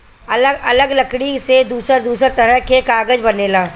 अलग अलग लकड़ी से दूसर दूसर तरह के कागज बनेला